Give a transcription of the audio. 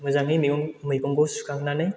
मोजाङै मैगंखौ सुखांनानै